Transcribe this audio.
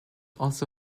also